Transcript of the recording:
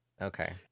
okay